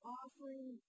offering